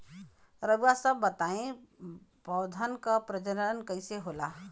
रउआ सभ बताई पौधन क प्रजनन कईसे होला?